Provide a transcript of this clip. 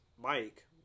Mike